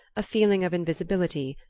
a feeling of invisibility,